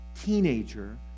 teenager